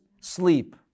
sleep